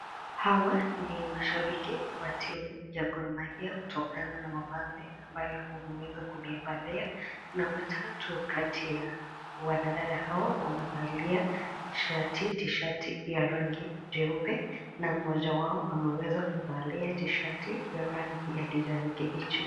Hawa ni mashabiki wa timu ya Gor Mahia kutokana na mavazi ambayo wameweza kuvia na watatu kati ya wanadada hawa wamevalia shati, tishati ya rangi jeupe na mmoja wao ameweza kuvalia tishati ya rangi ya kijani kibichi.